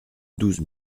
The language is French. douze